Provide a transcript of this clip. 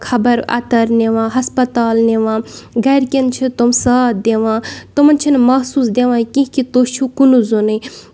خبر اَتر نِوان ہسپَتال نِوان گرِ کٮ۪ن چھِ تِم ساتھ دِوان تِمن چھِ نہٕ مَحسوٗس دِوان کہِ تُہۍ چھِو کُنُے زوٚنُے